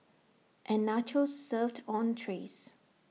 and nachos served on trays